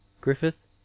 griffith